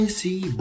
see